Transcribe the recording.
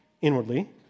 inwardly